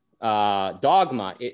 dogma